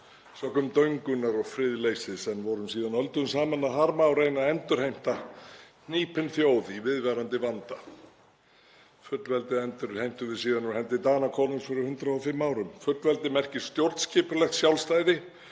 sökum döngunar- og friðleysis en vorum síðan öldum saman að harma og reyna að endurheimta, hnípin þjóð í viðvarandi vanda. Fullveldið endurheimtum við síðan úr hendi Danakonungs fyrir 105 árum. Fullveldið merkir stjórnskipulegt sjálfstæði,